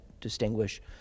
distinguish